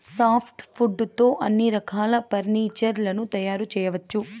soft wood తో అన్ని రకాల ఫర్నీచర్ లను తయారు చేయవచ్చు